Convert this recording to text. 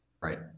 right